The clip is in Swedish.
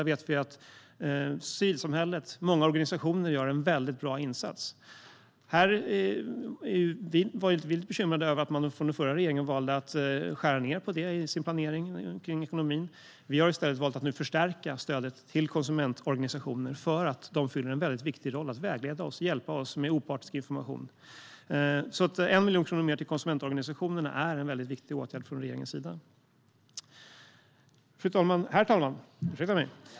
Vi vet att civilsamhället - många organisationer - gör en väldigt bra insats. Vi var bekymrade över att den förra regeringen valde att skära ned på det i sin planering. Vi har i stället valt att nu förstärka stödet till konsumentorganisationer för att de fyller en viktig roll i att vägleda och hjälpa oss med opartisk information. 1 miljon kronor mer till konsumentorganisationerna är en viktig åtgärd från regeringens sida. Herr talman!